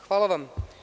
Hvala vam.